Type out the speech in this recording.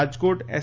Rajkot S